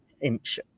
inch